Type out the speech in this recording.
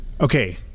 Okay